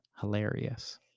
hilarious